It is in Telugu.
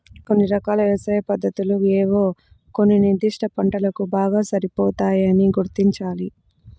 కొన్ని రకాల వ్యవసాయ పద్ధతులు ఏవో కొన్ని నిర్దిష్ట పంటలకు బాగా సరిపోతాయని గుర్తించాలి